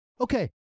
Okay